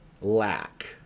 lack